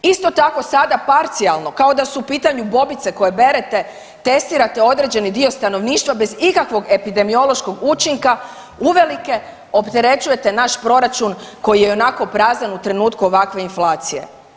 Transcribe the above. Isto tako sada parcijalno kao da su u pitanju bobice koje berete testirate određeni dio stanovništva bez ikakvog epidemiološkog učinka uvelike opterećujete naš proračun koji je ionako prazan u trenutku ovakve inflacije.